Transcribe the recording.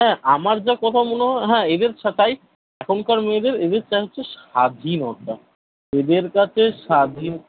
হ্যাঁ আমার যা কথা মনে হয় হ্যাঁ এদের সা তাই এখনকার মেয়েদের এদের চাইছে স্বাধীনতা এদের কাছে স্বাধীন